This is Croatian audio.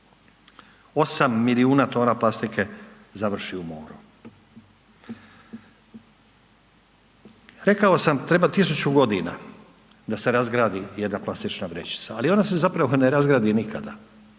8 milijuna tona plastike završi u moru. Rekao sam treba 1000.g. da se razgradi jedna plastična vrećica, ali ona se zapravo ne razgradi nikada,